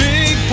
Big